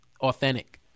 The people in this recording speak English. authentic